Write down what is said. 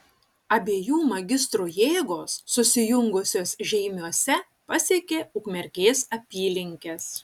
abiejų magistrų jėgos susijungusios žeimiuose pasiekė ukmergės apylinkes